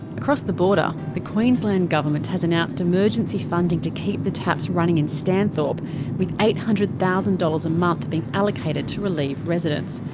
across the border, the queensland government has announced emergency funding to keep the taps running in stanthorpe with eight hundred thousand dollars a month being allocated to relieve residents.